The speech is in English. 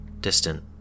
distant